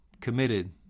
committed